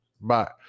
Bye